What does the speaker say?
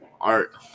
Art